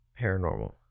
paranormal